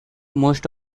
most